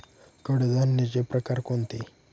कडधान्याचे प्रकार कोणते?